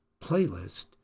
playlist